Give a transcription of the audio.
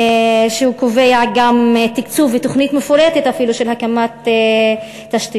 שקובע גם תקצוב ואפילו תוכנית מפורטת של הקמת תשתיות.